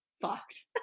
fucked